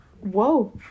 whoa